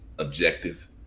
Objective